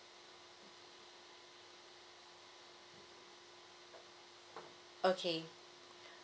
okay